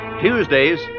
Tuesdays